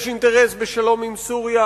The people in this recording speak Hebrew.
יש אינטרס בשלום עם סוריה.